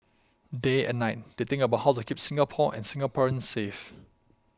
day and night they think about how to keep Singapore and Singaporeans safe